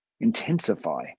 intensify